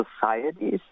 societies